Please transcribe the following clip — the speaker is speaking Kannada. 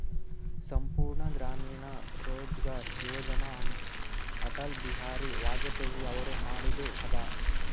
ಸಂಪೂರ್ಣ ಗ್ರಾಮೀಣ ರೋಜ್ಗಾರ್ ಯೋಜನ ಅಟಲ್ ಬಿಹಾರಿ ವಾಜಪೇಯಿ ಅವರು ಮಾಡಿದು ಅದ